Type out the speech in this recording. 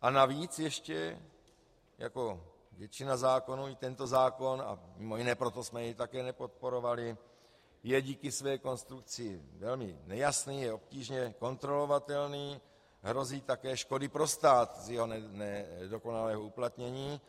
A navíc ještě jako většina zákonů i tento zákon a mj. proto jsme jej také nepodporovali je díky své konstrukci velmi nejasný, je obtížně kontrolovatelný, hrozí také škody pro stát z jeho nedokonalého uplatnění.